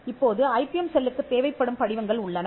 இப்போது ஐபிஎம் செல்லுக்குத் தேவைப்படும் படிவங்கள் உள்ளன